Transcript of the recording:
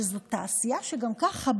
שזו תעשייה שגם ככה,